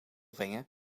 brengen